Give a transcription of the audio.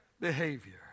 behavior